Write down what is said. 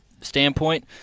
standpoint